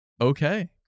Okay